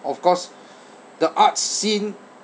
of course the arts scene